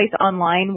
online